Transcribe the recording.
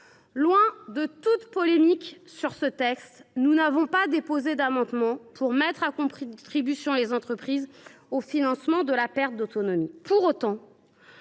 Loin de toute polémique sur ce texte, nous n’avons pas déposé d’amendement pour mettre à contribution les entreprises au financement de la perte d’autonomie. Pour autant,